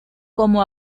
como